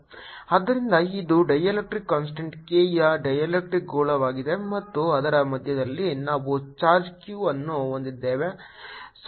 ಆದ್ದರಿಂದ ಇದು dielectrics constant k ಯ ಡೈಎಲೆಕ್ಟ್ರಿಕ್ಸ್ ಗೋಳವಾಗಿದೆ ಮತ್ತು ಅದರ ಮಧ್ಯದಲ್ಲಿ ನಾವು ಚಾರ್ಜ್ q ಅನ್ನು ಹೊಂದಿದ್ದೇವೆ